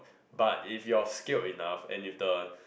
but if you're skilled enough and if the